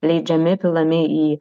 leidžiami pilami į